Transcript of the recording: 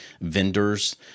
vendors